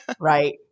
Right